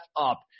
up